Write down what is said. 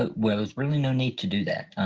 ah well there's really no need to do that.